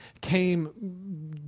came